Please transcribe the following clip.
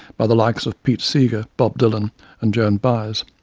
by the likes of pete seegar, bob dylan and joan baez.